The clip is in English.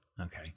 Okay